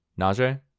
Najee